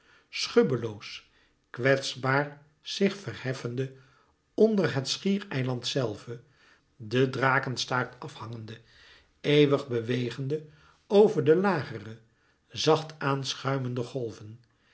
schubbeloos kwetsbaar zich verheffende onder het schiereiland zelve de drakestaart af hangende eeuwig bewegende over de lagere zacht aan schuimende golven